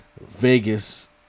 Vegas